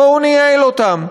בואו נייעל אותם,